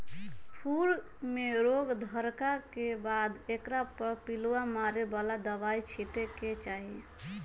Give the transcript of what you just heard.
फूल में रोग धरला के बाद एकरा पर पिलुआ मारे बला दवाइ छिटे के चाही